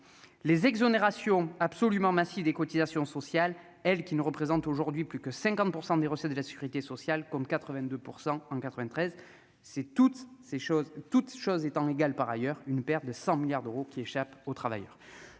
les exonérations absolument massive des cotisations sociales, elles qui ne représentent aujourd'hui plus que 50 % des recettes de la Sécurité sociale, comme 82 % en 93 c'est toutes ces choses, toutes choses étant égales par ailleurs une perte de 100 milliards d'euros qui échappent aux travailleurs,